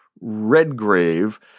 Redgrave